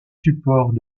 supports